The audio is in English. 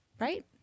right